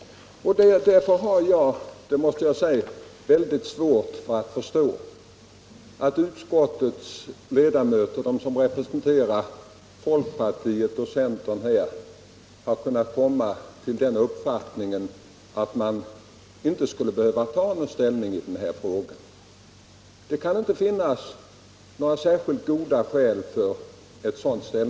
Därför har jag, det måste jag säga, väldigt svårt att förstå att de som representerar folkpartiet och centern i utskottet kunnat komma till den uppfattningen att man inte nu skulle behöva ta ställning i denna fråga. Det kan inte finnas några särskilt goda skäl för ett uppskov.